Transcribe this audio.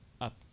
up